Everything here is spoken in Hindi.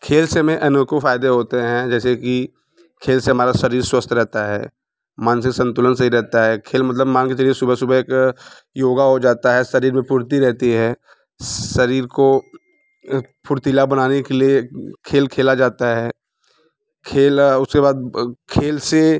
खेल से हमें अनेकों फ़ायदे होते हैं जैसे कि खेल से हमारा शरीर स्वस्थ रहता है मानसिक संतुलन सही रहता है खेल मतलब मान के चलिए सुबह सुबह एक योग हो जाता है शरीर में फुर्ति रहेती है शरीर को फुर्तीला बनाने के लिए खेल खेला जाता है खेल उसके बाद खेल से